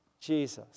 Jesus